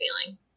feeling